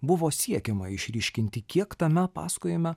buvo siekiama išryškinti kiek tame pasakojime